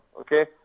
Okay